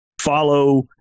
follow